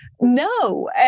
No